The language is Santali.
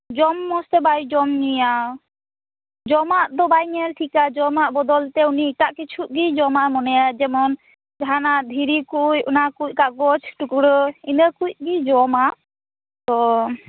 ᱡᱚᱢ ᱢᱚᱥᱛᱮ ᱵᱟᱭ ᱡᱚᱢ ᱧᱩᱭᱟ ᱡᱚᱢᱟᱜ ᱫᱚ ᱵᱟᱭ ᱧᱮᱞ ᱴᱷᱤᱠᱟ ᱡᱚᱢᱟᱜ ᱵᱚᱫᱚᱞᱛᱮ ᱩᱱᱤ ᱮᱴᱟᱜ ᱠᱤᱪᱷᱩ ᱜᱤ ᱡᱚᱢᱟᱜ ᱢᱚᱱᱮᱭᱟ ᱡᱮᱢᱚᱱ ᱡᱟᱦᱟᱱᱟᱜ ᱫᱷᱤᱨᱤ ᱠᱩᱡ ᱚᱱᱟᱠᱩᱡ ᱠᱟᱜᱚᱡᱽ ᱴᱩᱠᱨᱟᱹ ᱤᱱᱟᱹᱠᱩᱡ ᱜᱮ ᱡᱚᱢᱟ ᱛᱚ